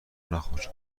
نخور